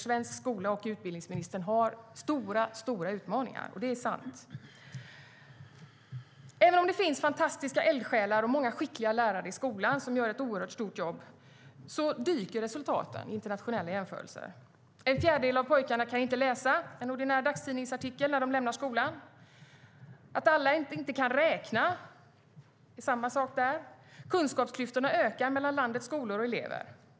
Svensk skola och utbildningsministern har stora utmaningar; det är sant. Även om det finns fantastiska eldsjälar och många skickliga lärare i skolan som gör ett oerhört stort jobb dyker resultaten i internationell jämförelse. En fjärdedel av pojkarna kan inte läsa en ordinär dagstidningsartikel när de lämnar skolan. Alla kan inte räkna; det är samma sak där. Kunskapsklyftorna ökar mellan landets skolor och elever.